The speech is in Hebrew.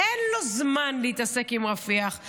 אין לו זמן להתעסק עם רפיח,